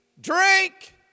drink